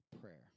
Prayer